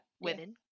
women